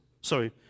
Sorry